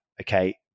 okay